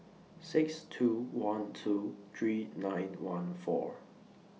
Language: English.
six two one two three nine one four